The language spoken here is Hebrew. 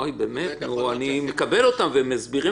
גם המשטרה בעד החוק, אבל אני רוצה בהסכמה.